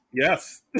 Yes